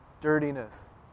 dirtiness